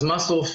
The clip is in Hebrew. אז מה שורפים?